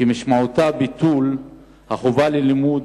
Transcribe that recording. שמשמעותה ביטול החובה ללימוד